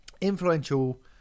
influential